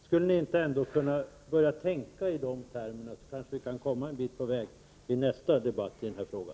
Skulle ni ändå inte kunna börja tänka i de termerna, så att vi kanske kan komma en bit på väg i nästa debatt i den här frågan?